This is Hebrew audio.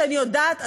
ואני יודעת,